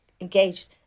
engaged